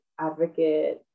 advocate